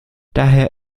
daher